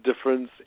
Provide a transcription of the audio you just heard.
difference